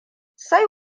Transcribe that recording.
sai